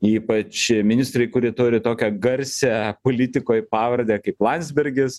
ypač ministrai kurie turi tokią garsią politikoj pavardę kaip landsbergis